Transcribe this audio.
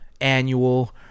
annual